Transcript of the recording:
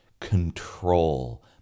control